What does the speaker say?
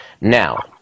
Now